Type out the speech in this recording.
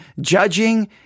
judging